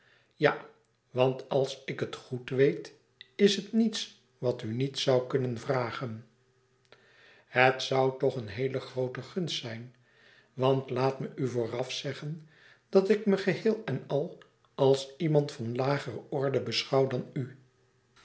ja want als ik het goèd weet is het niets wat u niet zoû kunnen vragen louis couperus extaze een boek van geluk het zoû toch een heele groote gunst zijn want laat me u vooraf zeggen dat ik me geheel en al als iemand van lager orde beschouw dan u